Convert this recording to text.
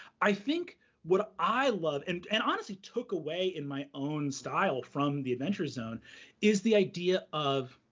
i think what i love and, and honestly, took away in my own style from the adventure zone is the idea of